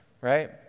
right